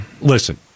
listen